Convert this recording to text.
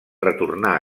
retornar